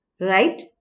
right